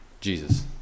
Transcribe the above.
Jesus